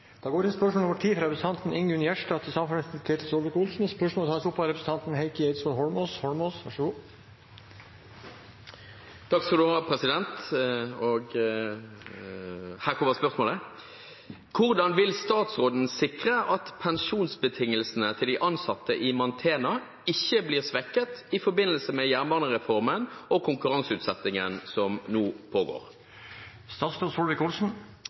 fra Ingunn Gjerstad til samferdselsministeren, blir tatt opp av representanten Heikki Eidsvoll Holmås. Her kommer spørsmålet: «Hvordan vil statsråden sikre at pensjonsbetingelsene til de ansatte i Mantena ikke blir svekket i forbindelse med jernbanereformen og konkurranseutsettingen som nå pågår?»